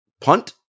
punt